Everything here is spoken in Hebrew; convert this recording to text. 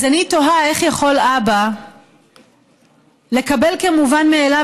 אז אני תוהה איך יכול אבא לקבל כמובן מאליו